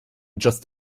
just